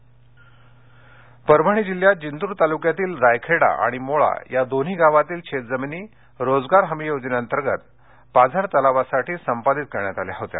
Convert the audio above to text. भूसंपादन परभणी जिल्ह्यात जिंतूर तालुक्यातील रायखेडा आणि मोळा या दोन्ही गावातील शेतजमिनी रोजगार हामी योजनेअंतर्गत पाझर तलावासाठी संपादित करण्यात आल्या होत्या